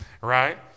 Right